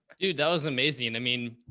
dude. that was amazing. i mean,